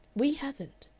we haven't.